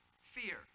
fear